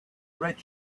red